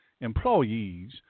employees